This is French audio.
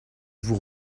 vous